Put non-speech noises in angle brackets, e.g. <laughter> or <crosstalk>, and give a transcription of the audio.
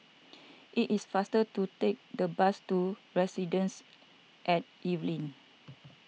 <noise> it is faster to take the bus to Residences at Evelyn